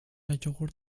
yogurt